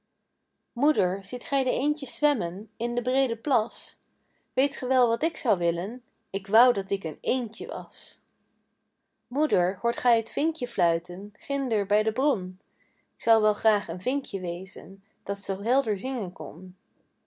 moeder ziet gij de eendjes zwemmen in den breeden plas weet ge wel wat ik zou willen k wou dat ik een eendje was moeder hoort gij t vinkje fluiten ginder bij de bron k wou wel graag een vinkje wezen dat zoo helder zingen kon